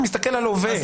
אני מסתכל על ההווה.